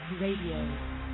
Radio